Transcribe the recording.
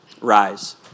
rise